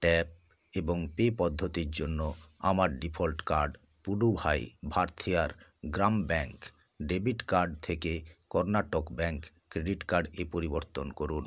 tap এবং pay পদ্ধতির জন্য আমার default card Puduvai Bharathiar Grama bank debit card থেকে কর্ণাটক ব্যাঙ্ক ক্রেডিট কার্ড এ পরিবর্তন করুন